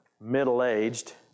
middle-aged